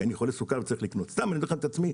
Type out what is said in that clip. הם קובעים את המחיר,